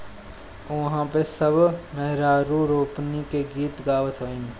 उहा पे सब मेहरारू रोपनी के गीत गावत हईन